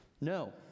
No